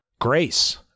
grace